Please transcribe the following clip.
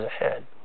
ahead